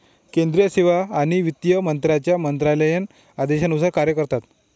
केंद्रीय सेवा आणि वित्त मंत्र्यांच्या मंत्रालयीन आदेशानुसार कार्य करतात